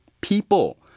people